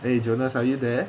eh jonas are you there